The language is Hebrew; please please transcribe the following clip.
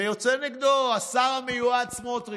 ויוצא נגדו השר המיועד סמוטריץ',